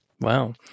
Wow